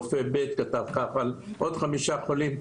רופא ב' כתב ככה על עוד חמישה חולים.